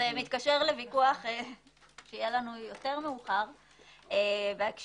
זה מתקשר לוויכוח שיהיה לנו יותר מאוחר בהקשר